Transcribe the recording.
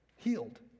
healed